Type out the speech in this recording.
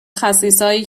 خسیسایی